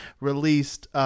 released